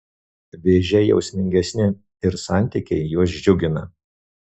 vėžiai jausmingesni ir santykiai juos džiugina